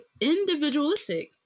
individualistic